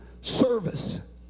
service